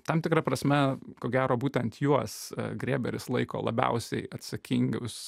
tam tikra prasme ko gero būtent juos grėberis laiko labiausiai atsakingus